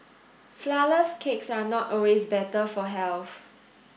flour less cakes are not always better for health